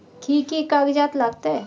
कि कि कागजात लागतै?